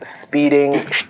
speeding